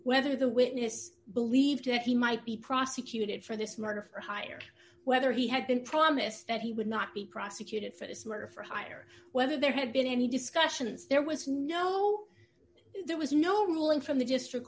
whether the witness believed to have he might be prosecuted for this murder for hire whether he had been promised that he would not be prosecuted for this murder for hire whether there had been any discussions there was no there was no ruling from the district